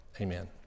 Amen